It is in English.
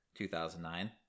2009